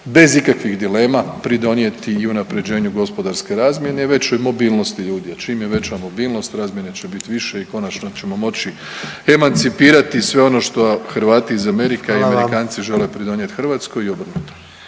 bez ikakvih dilema pridonijeti i unaprjeđenju gospodarske razmjene i većoj mobilnosti ljudi, a čim je veća mobilnost razmjene će bit više i konačno ćemo moći emancipirati sve ono što Hrvati iz Amerike…/Upadica predsjednik: Hvala vam/…a i